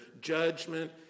judgment